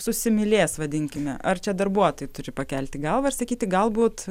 susimylės vadinkime ar čia darbuotojai turi pakelti galvą ir sakyti galbūt